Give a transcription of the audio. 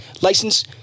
license